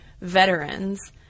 veterans